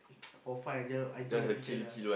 for fun I join I join badminton lah